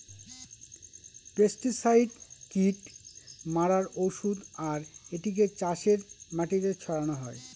pesticide কীট মারার ঔষধ আর এটিকে চাষের মাটিতে ছড়ানো হয়